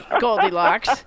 Goldilocks